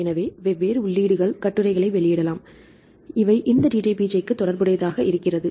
எனவே வெவ்வேறு உள்ளீடுகள் கட்டுரைகளை வெளியிடலாம் இவை இந்த DDBJக்கு தொடர்புடையதாக இருக்கிறது